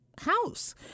house